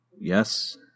Yes